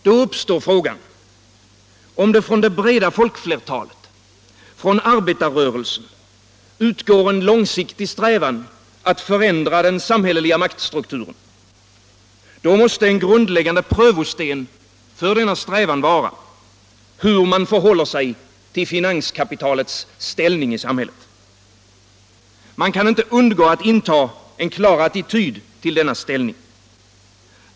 Då uppstår frågan: om det från det breda folkflertalet, från arbetarrörelsen, utgår en långsiktig strävan att förändra den samhälleliga maktstrukturen — då måste en grundläggande prövosten för denna strävan vara hur man förhåller sig till finanskapitalets ställning i samhället. Man kan inte undgå att inta en klar attityd till denna ställning.